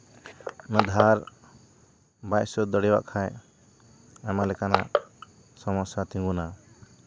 ᱚᱱᱟ ᱫᱷᱟᱨ ᱵᱟᱭ ᱥᱟᱹᱫᱽ ᱫᱟᱲᱮᱭᱟᱜ ᱠᱷᱟᱡ ᱟᱭᱢᱟ ᱞᱮᱠᱟᱱᱟᱜ ᱥᱚᱢᱚᱥᱥᱟ ᱛᱤᱸᱜᱩᱱᱟ